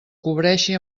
cobreixi